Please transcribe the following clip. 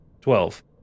Twelve